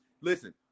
Listen